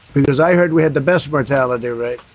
because i heard we had the best mortality rate.